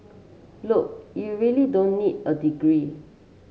look you really don't need a degree